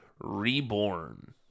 reborn